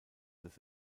das